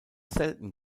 selten